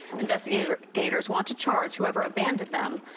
investigators want to charge whoever abandoned them.